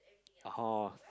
orh hor